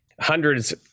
Hundreds